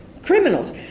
Criminals